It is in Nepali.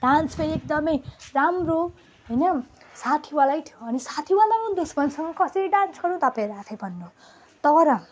डान्स फेरि एकदमै राम्रो होइन साथी वालै थियो अनि साथी वाला दुस्मनसँग कसरी डान्स गर्नु तपाईँहरू आफै भन्नु तर